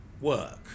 work